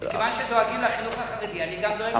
מכיוון שדואגים לחינוך החרדי אני גם דואג להשכלה הגבוהה.